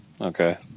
okay